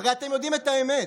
הרי אתם יודעים את האמת.